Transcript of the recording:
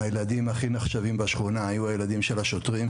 הילדים הכי נחשבים בשכונה היו הילדים של השוטרים,